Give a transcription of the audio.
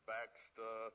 Baxter